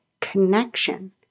connection